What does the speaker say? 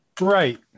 Right